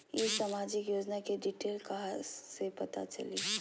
ई सामाजिक योजना के डिटेल कहा से पता चली?